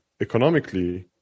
economically